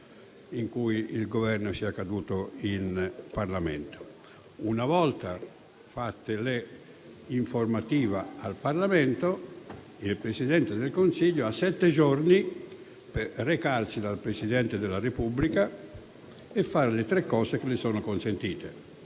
che il Governo sia caduto in Parlamento. Una volta fatta l'informativa al Parlamento, il Presidente del Consiglio ha sette giorni per recarsi dal Presidente della Repubblica e fare le tre cose che gli sono consentite: